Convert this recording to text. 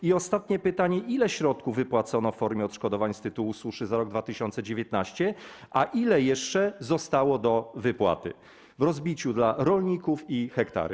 I ostatnie pytanie: Ile środków wypłacono w formie odszkodowań z tytułu suszy za rok 2019, a ile jeszcze zostało do wypłaty, w rozbiciu na rolników i hektary?